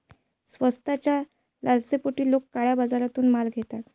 स्वस्ताच्या लालसेपोटी लोक काळ्या बाजारातून माल घेतात